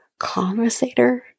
Conversator